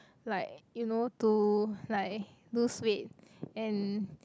like you know to like lose weight and